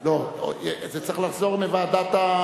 לא, זה צריך לחזור מוועדת,